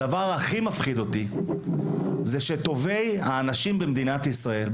הדבר הכי מפחיד אותי זה שטובי האנשים במדינת ישראל,